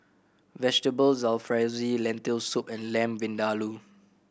Vegetable Jalfrezi Lentil Soup and Lamb Vindaloo